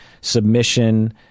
Submission